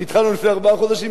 שהתחלנו לפני ארבעה חודשים,